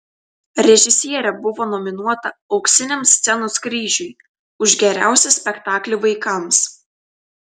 režisierė buvo nominuota auksiniam scenos kryžiui už geriausią spektaklį vaikams